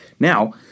Now